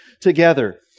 together